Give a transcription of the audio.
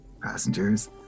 Passengers